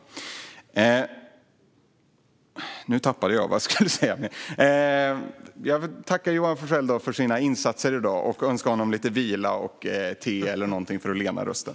Jag tackar Joar Forssell för hans insatser i dag och önskar honom lite vila och te eller någonting för att lena rösten.